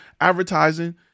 advertising